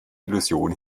illusion